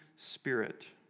Spirit